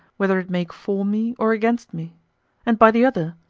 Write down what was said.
whether it make for me, or against me and by the other,